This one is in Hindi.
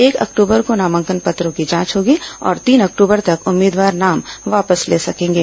एक अक्टूबर को नामांकन पत्रों की जांच होगी और तीन अक्टूबर तक उम्मीदवार नाम वापस ले सकेंगे